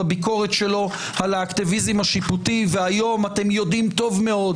בביקורת שלו על האקטיביזם השיפוטי והיום אתם יודעים טוב מאוד